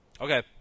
Okay